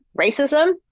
racism